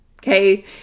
Okay